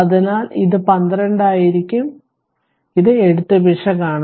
അതിനാൽ ഇത് 12 ആയിരിക്കും ഇത് ഒരു എഴുത്ത് പിശകാണ്